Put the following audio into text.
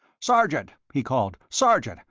sergeant! he called, sergeant!